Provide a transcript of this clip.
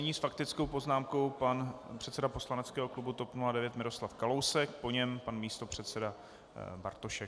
Nyní s faktickou poznámkou pan předseda poslaneckého klubu TOP 09 Miroslav Kalousek, po něm pan místopředseda Bartošek.